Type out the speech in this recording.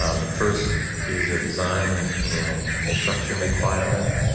ah the first is a design and construction requirement.